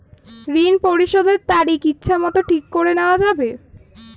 ঋণ পরিশোধের তারিখ ইচ্ছামত ঠিক করে নেওয়া যাবে?